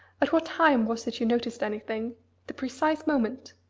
at what time was it you noticed anything the precise moment?